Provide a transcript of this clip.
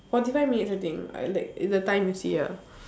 forty five minutes I think I like the time you see ah